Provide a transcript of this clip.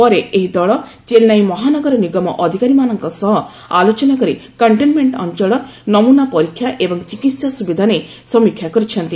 ପରେ ଏହି ଦଳ ଚେନ୍ନାଇ ମହାନଗର ନିଗମ ଅଧିକାରୀମାନଙ୍କ ସହ ଆଲୋଚନା କରି କଣ୍ଟେନମେଣ୍ଟ ଅଞ୍ଚଳ ନମୁନା ପରୀକ୍ଷା ଏବଂ ଚିକିତ୍ସା ସ୍ତବିଧା ନେଇ ସମୀକ୍ଷା କରିଛନ୍ତି